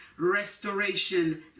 restoration